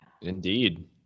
Indeed